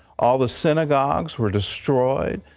all the synagogues were destroyed.